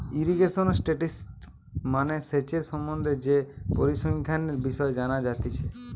irrigation statistics মানে সেচের সম্বন্ধে যে পরিসংখ্যানের বিষয় জানা যাতিছে